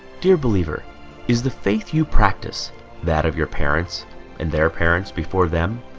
dear believer is the faith you practice that of your parents and their parents before them